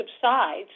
subsides